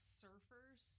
surfers